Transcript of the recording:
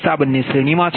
10 આ બંને શ્રેણીમાં છે